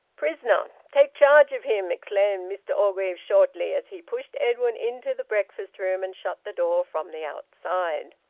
prisoner! take charge of him! exclaimed mr orgreave shortly, as he pushed edwin into the breakfast-room and shut the door from the outside.